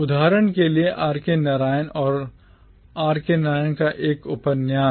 उदाहरण के लिए RK Narayan आरके नारायण का एक उपन्यास